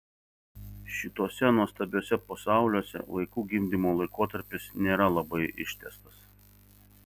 šituose nuostabiuose pasauliuose vaikų gimdymo laikotarpis nėra labai ištęstas